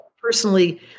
personally